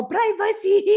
Privacy